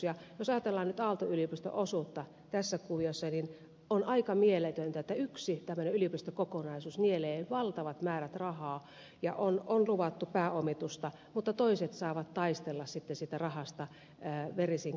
ja jos ajatellaan nyt aalto yliopiston osuutta tässä kuviossa niin on aika mieletöntä että yksi tämmöinen yliopistokokonaisuus nielee valtavat määrät rahaa ja on luvattu pääomitusta mutta toiset saavat taistella sitten siitä rahasta verisin kynsin tuolla